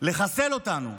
לחסל אותנו?